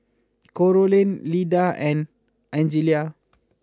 Carolann Lida and Angelia